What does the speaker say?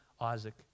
Isaac